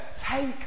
take